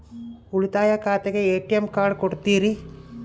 ಉಳಿತಾಯ ಖಾತೆಗೆ ATM card ಕೊಡ್ತೇರಿ?